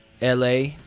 LA